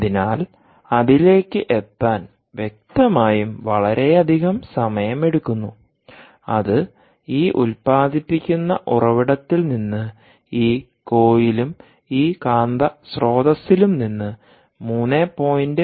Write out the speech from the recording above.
അതിനാൽ അതിലേക്ക് എത്താൻവ്യക്തമായും വളരെയധികം സമയമെടുക്കുന്നു അത് ഈ ഉല്പാദിപ്പിക്കുന്ന ഉറവിടത്തിൽ നിന്ന് ഈ കോയിലും ഈ കാന്ത സ്രോതസ്സിലും നിന്ന് 3